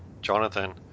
jonathan